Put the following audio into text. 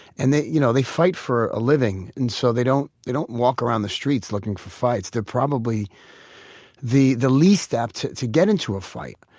and, you know, they fight for a living. and so they don't they don't walk around the streets looking for fights. they're probably the the least apt to get into a fight.